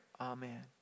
Amen